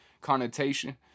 connotation